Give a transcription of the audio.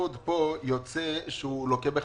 הסבסוד פה יוצא שהוא לוקה בחסר.